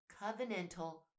covenantal